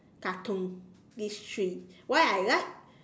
cartoon these three why I like